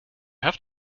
have